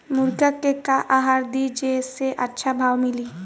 मुर्गा के का आहार दी जे से अच्छा भाव मिले?